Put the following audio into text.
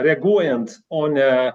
reaguojant o ne